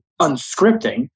unscripting